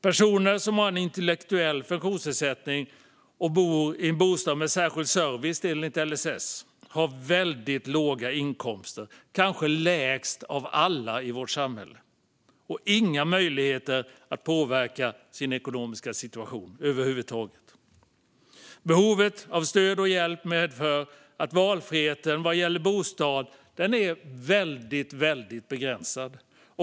Personer som har en intellektuell funktionsnedsättning och bor i en bostad med särskild service enligt LSS har väldigt låga inkomster, kanske lägst av alla i vårt samhälle, och inga möjligheter att påverka sin ekonomiska situation över huvud taget. Behovet av stöd och hjälp medför att valfriheten vad gäller bostad är väldigt begränsad.